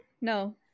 No